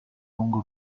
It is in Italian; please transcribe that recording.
lungo